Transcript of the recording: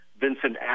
Vincent